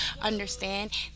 understand